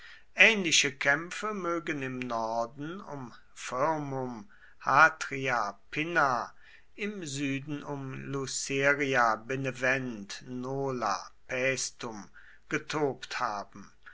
ähnliche kämpfe mögen im norden um firmum hatria pinna im süden um luceria benevent nola paestum getobt haben